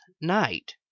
night